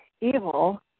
evil